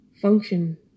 function